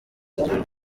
urugero